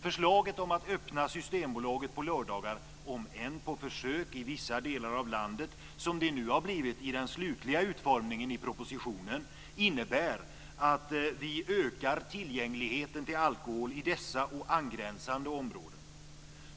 Förslaget om att öppna Systembolaget på lördagar, om än på försök, i vissa delar av landet - som det nu har blivit i den slutliga utformningen av propositionen - innebär att vi ökar tillgängligheten till alkohol i dessa och angränsande områden.